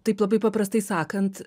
taip labai paprastai sakant